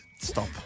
Stop